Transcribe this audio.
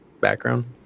background